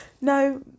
No